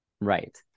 Right